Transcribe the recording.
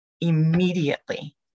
immediately